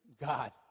God